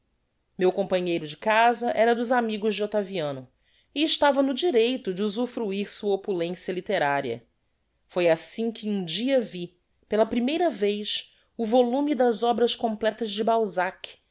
meu companheiro de casa era dos amigos de octaviano e estava no direito de usufruir sua opulencia litteraria foi assim que um dia vi pela primeira vez o volume das obras completas de balzac